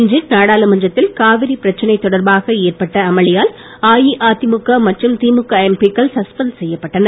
இன்று நாடாளுமன்றத்தில் காவிரிப் பிரச்சனை தொடர்பாக ஏற்பட்ட அமளியால் அஇஅதிமுக மற்றும் திமுக எம்பிக்கள் சஸ்பென்ட் செய்யப்பட்டனர்